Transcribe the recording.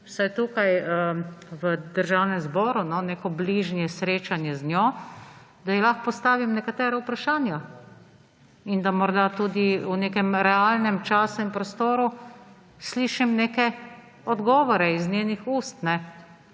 vsaj tukaj v državnem zboru neko bližnje srečanje z njo, da ji lahko postavim nekatera vprašanja in da morda tudi v nekem realnem času in prostoru slišim neke odgovore iz njenih ust,